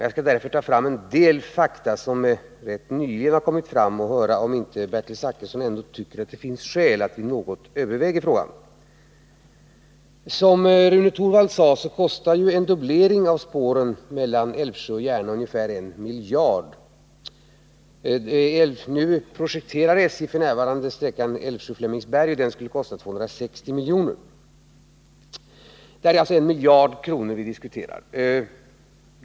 Jag skall därför redovisa en del fakta som rätt nyligen kommit fram och höra om inte Bertil Zachrisson tycker det finns skäl för oss att något överväga frågan. Som Rune Torwald sade kostar en dubblering av spåren mellan Älvsjö och Järna ungefär 1 miljard. F. n. projekterar SJ sträckan Älvsjö-Flemingsberg, och den skulle kosta 260 milj.kr. Det är alltså 1 miljard kronor vi diskuterar.